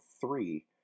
three